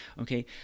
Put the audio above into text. okay